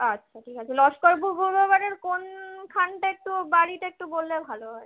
আচ্ছা ঠিক আছে লস্করপুর পূর্ব বাড়ির কোনখানটা একটু বাড়িটা একটু বললে ভালো হয়